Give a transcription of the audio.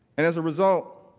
and as a result,